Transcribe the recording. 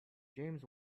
james